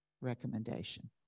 recommendation